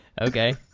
Okay